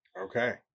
Okay